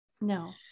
no